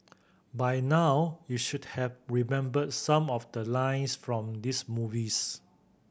by now you should have remembered some of the lines from this movies